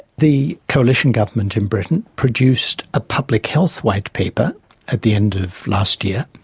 the coalition government in britain produced a public health white paper at the end of last year,